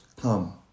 come